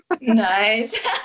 Nice